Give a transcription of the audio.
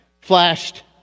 flashed